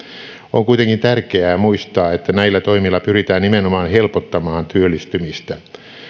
on kuitenkin tärkeää muistaa että näillä toimilla pyritään nimenomaan helpottamaan työllistymistä